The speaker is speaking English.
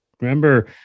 Remember